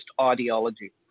ideology